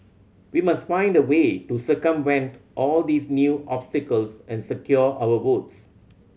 we must find a way to circumvent all these new obstacles and secure our votes